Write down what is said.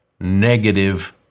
negative